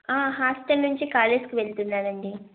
hostel నుంచి కాలేజ్కి వెళ్తున్ననండి